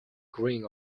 green